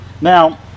Now